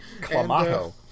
Clamato